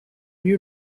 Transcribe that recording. you